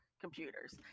computers